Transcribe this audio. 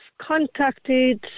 contacted